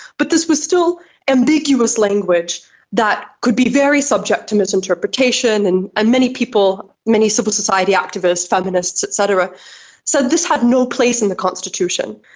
but this was still ambiguous language that could be very subject to misinterpretation, and and many people, many civil society activists, feminists et cetera said this had no place in the constitution.